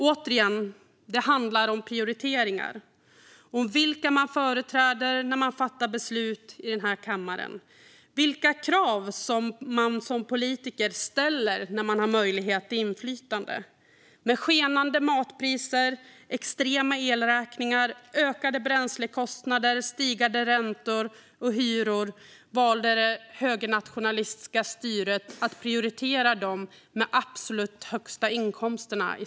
Återigen, det handlar om prioriteringar - om vilka man företräder när man fattar beslut i den här kammaren. Det handlar om vilka krav som man som politiker ställer när man har möjlighet till inflytande. Med skenande matpriser, extrema elräkningar, ökade bränslekostnader och stigande räntor och hyror valde det högernationalistiska styret att i sin budget prioritera dem med de absolut högsta inkomsterna.